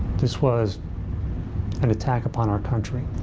this was an attack upon our country.